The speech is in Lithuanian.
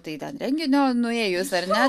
tai ten renginio nuėjus ar ne